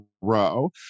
row